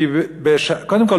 קודם כול,